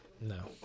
No